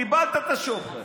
קיבלת את השוחד.